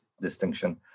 distinction